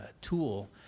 tool